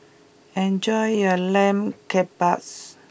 enjoy your Lamb Kebabs